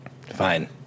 Fine